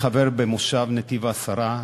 חבר במושב נתיב-העשרה,